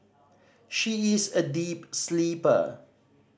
she is a deep sleeper